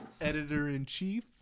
Editor-in-Chief